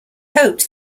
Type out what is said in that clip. hoped